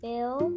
Bill